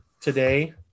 today